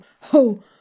ho